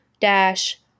dash